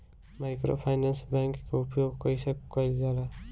Microfinance bank के उपयोग कइसे कइल जाला?